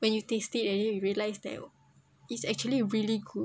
when you taste it and then you realised that it's actually really good